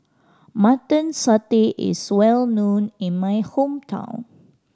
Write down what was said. Mutton Satay is well known in my hometown